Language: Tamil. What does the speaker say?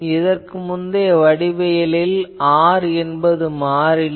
இதற்கு முந்தைய வடிவியலில் R மாறிலி